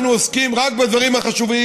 אנחנו עוסקים רק בדברים החשובים.